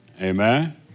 Amen